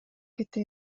кете